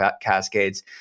cascades